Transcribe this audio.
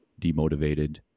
demotivated